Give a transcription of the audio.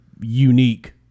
unique